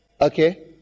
Okay